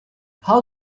how